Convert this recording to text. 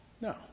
No